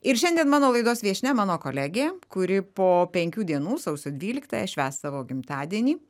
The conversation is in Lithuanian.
ir šiandien mano laidos viešnia mano kolegė kuri po penkių dienų sausio dvyliktąją švęs savo gimtadienį